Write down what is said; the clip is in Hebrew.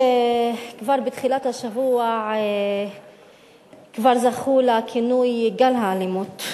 שכבר בתחילת השבוע זכו לכינוי "גל האלימות".